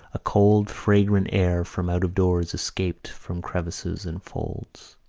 a cold, fragrant air from out-of-doors escaped from crevices and folds.